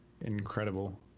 incredible